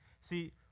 See